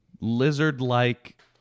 lizard-like